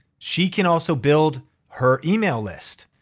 she can also build her email list.